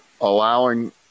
allowing